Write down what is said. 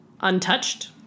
Untouched